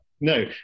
No